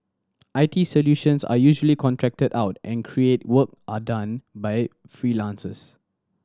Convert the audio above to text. I T solutions are usually contracted out and creative work are done by freelancers